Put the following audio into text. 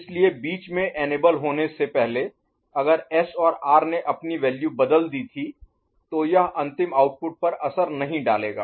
इसलिए बीच में इनेबल होने से पहले अगर एस और आर ने अपनी वैल्यू बदल दी थी तो यह अंतिम आउटपुट पर असर नहीं डालेगा